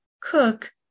cook